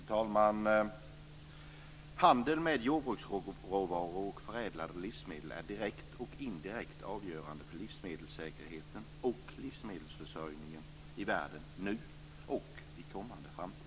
Fru talman! Handeln med jordbruksråvaror och förädlade livsmedel är direkt och indirekt avgörande för livsmedelssäkerheten och livsmedelsförsörjningen i världen nu och i kommande framtid.